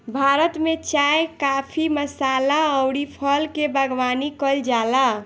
भारत में चाय, काफी, मसाला अउरी फल के बागवानी कईल जाला